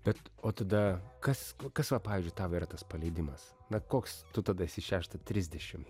bet o tada kas kas va pavyzdžiui tau yra tas paleidimas na koks tu tada esi šeštą trisdešim